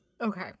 Okay